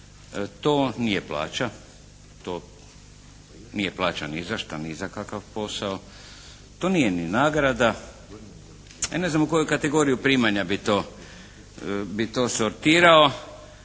To nije plaća. To nije plaća ni za što, ni za kakav posao. To nije ni nagrada. Ja ne znam u koju kategoriju primanja bi to sortirao.